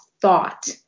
thought